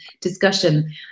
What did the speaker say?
discussion